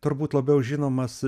turbūt labiau žinomas